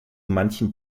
manchen